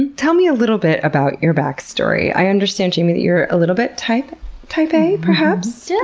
and tell me a little bit about your backstory. i understand, jamie, that you're a little bit type type a, perhaps? yeah